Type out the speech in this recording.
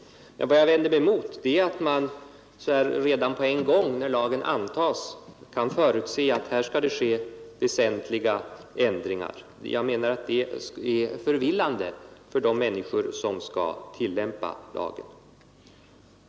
Vad jag vänder mig emot är att man, redan på en gång när lagen antas, kan förutse att här skall det ske väsentliga ändringar. Jag menar att det är förvillande för de människor som skall tillämpa lagen.